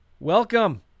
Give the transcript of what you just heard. Welcome